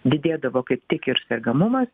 didėdavo kaip tik ir sergamumas